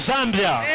Zambia